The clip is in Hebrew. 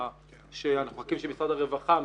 שאנחנו מחכים שמשרד הרווחה אני יודע